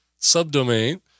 subdomain